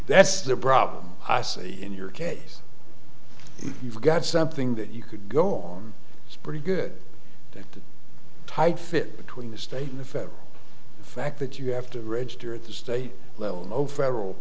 that's the problem i see in your case you've got something that you could go on it's a pretty good tight fit between the state and the federal the fact that you have to register at the state level over federal